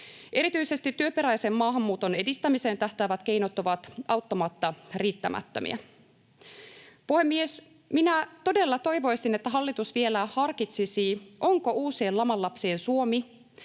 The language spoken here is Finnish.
Erityisesti työperäisen maahanmuuton edistämiseen tähtäävät keinot ovat auttamatta riittämättömiä. Puhemies! Minä todella toivoisin, että hallitus vielä harkitsisi, onko uusien laman lapsien Suomi,